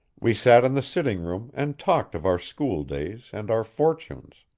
we sat in the sitting-room and talked of our school-days and our fortunes.